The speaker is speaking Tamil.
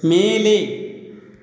மேலே